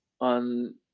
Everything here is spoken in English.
on